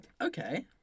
Okay